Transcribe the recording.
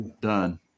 Done